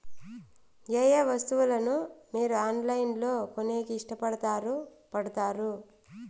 ఏయే వస్తువులను మీరు ఆన్లైన్ లో కొనేకి ఇష్టపడుతారు పడుతారు?